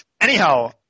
Anyhow